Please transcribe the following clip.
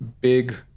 big